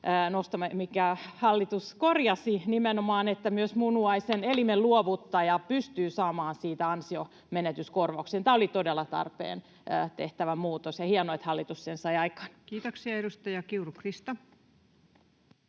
minkä hallitus korjasi nimenomaan — että myös munuaisen, elimen luovuttaja pystyy saamaan siitä ansionmenetyskorvauksen. Tämä muutos oli todella tarpeen tehdä, ja on hienoa, että hallitus sen sai aikaan. Kiitoksia. — Edustaja Kiuru, Krista.